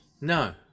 No